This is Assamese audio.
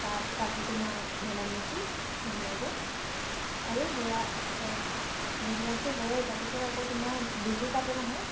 তাত পাতে তোমাৰ মেডাম মেফি ধুনীয়াকে আৰু সেয়া সেইবিলাকতো হয় তাৰপিছত আকৌ তোমাৰ বিহু পাতে নহয়